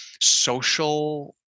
social